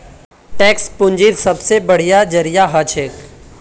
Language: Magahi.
टैक्स पूंजीर सबसे बढ़िया जरिया हछेक